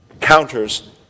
counters